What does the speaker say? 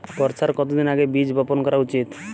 বর্ষার কতদিন আগে বীজ বপন করা উচিৎ?